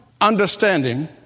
understanding